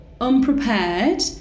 unprepared